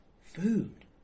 food